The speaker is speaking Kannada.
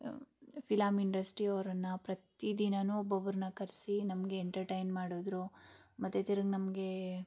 ಫಿಲಂ ಇಂಡಸ್ಟ್ರಿ ಅವರನ್ನು ಪ್ರತಿ ದಿನಾನೂ ಒಬ್ಬೊಬ್ರನ್ನ ಕರೆಸಿ ನಮಗೆ ಎಂಟರ್ಟೈನ್ ಮಾಡಿದ್ರು ಮತ್ತು ತಿರ್ಗಿ ನಮಗೆ